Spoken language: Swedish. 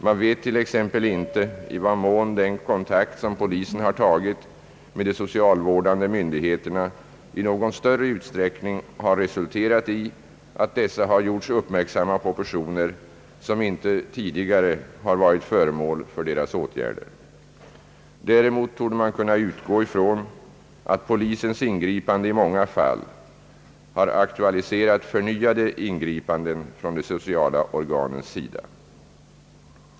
Man vet t.ex. inte i vad mån den kontakt som polisen har tagit med de socialvårdande myndigheterna i någon större utsträckning har resulterat i att dessa har gjorts uppmärksamma på personer, som inte tidigare har varit föremål för deras åtgärder. Däremot torde man kunna utgå ifrån att polisens ingripande i många fall har aktualiserat förnyade ingripanden från de sociala organens sida.